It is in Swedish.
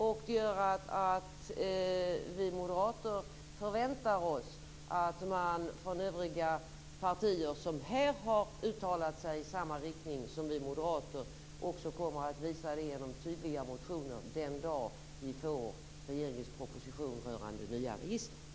Det gör att vi moderater förväntar oss att man från övriga partier som här har uttalat sig i samma riktning som vi moderater också kommer att visa det genom tydliga motioner den dag vi får regeringens proposition rörande nya register.